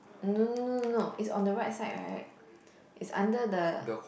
no no no it's on the right side right it's under the